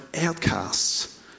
outcasts